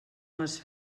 les